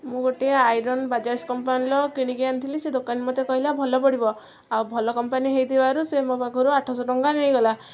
ମୁଁ ଗୋଟେ ଆଇରନ୍ ବାଜାଜ୍ କମ୍ପାନୀର୍ କିଣିକି ଆଣିଥିଲି ସେ ଦୋକାନୀ ମୋତେ କହିଲା ଭଲ ପଡ଼ିବ ଆଉ ଭଲ କମ୍ପାନୀ ହେଇଥିବାରୁ ସେ ମୋ ପାଖରୁ ଆଠ ଶହ ଟଙ୍କା ନେଇଗଲା